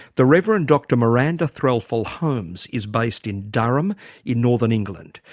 the reverend dr miranda threlfall-holmes is based in durham in northern england.